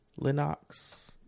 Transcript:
Linux